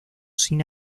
sin